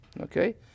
Okay